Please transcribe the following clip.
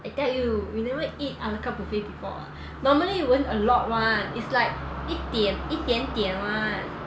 I tell you you never eat a la carte buffet before ah normally you won't a lot [one] it's like 一点一点点 one